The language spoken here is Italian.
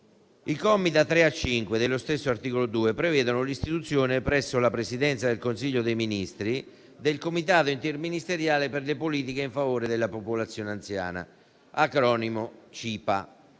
I commi da 3 a 5 dello stesso articolo 2 prevedono l'istituzione, presso la Presidenza del Consiglio dei ministri, del Comitato interministeriale per le politiche in favore della popolazione anziana (CIPA),